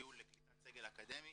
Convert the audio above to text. שיגיעו לקליטת סגל אקדמי